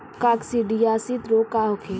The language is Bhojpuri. काकसिडियासित रोग का होखे?